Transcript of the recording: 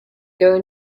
going